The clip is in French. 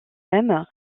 même